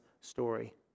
story